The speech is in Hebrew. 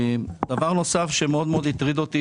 מה שמאוד מאוד הטריד אותי